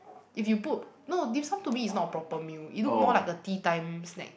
if you put no dim sum to me is not a proper meal it look more like a tea time snack